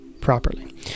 properly